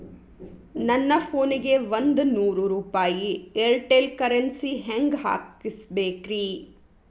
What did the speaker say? ನನ್ನ ಫೋನಿಗೆ ಒಂದ್ ನೂರು ರೂಪಾಯಿ ಏರ್ಟೆಲ್ ಕರೆನ್ಸಿ ಹೆಂಗ್ ಹಾಕಿಸ್ಬೇಕ್ರಿ?